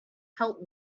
help